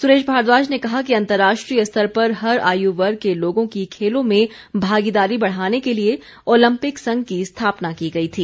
सुरेश भारद्वाज ने कहा कि अंतर्राष्ट्रीय स्तर पर हर आयुवर्ग के लोगों की खेलों में भागीदारी बढ़ाने के लिए ओलंपिक संघ की स्थापना की गई थी